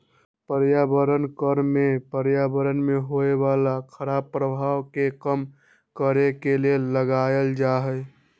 पर्यावरण कर में पर्यावरण में होय बला खराप प्रभाव के कम करए के लेल लगाएल जाइ छइ